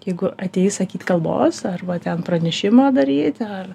jeigu atėjai sakyt kalbos arba ten pranešimo daryti ar